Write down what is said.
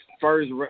first